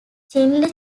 chinle